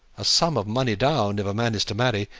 a sum of money down, if a man is to marry,